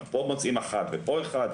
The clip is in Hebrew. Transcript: אנחנו פה מוצאים אחת ופה אחד,